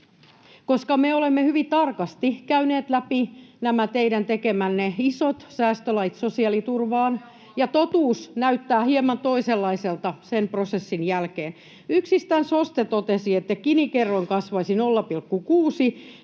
läpi. Me olemme hyvin tarkasti käyneet läpi nämä teidän tekemänne isot säästölait sosiaaliturvaan, [Jenna Simula: Se on huomattu!] ja totuus näyttää hieman toisenlaiselta sen prosessin jälkeen. Yksistään SOSTE totesi, että Gini-kerroin kasvaisi 0,6